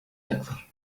أكثر